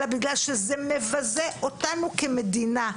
אלא בגלל שזה מבזה אותנו כמדינה.